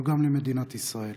אבל גם למדינת ישראל.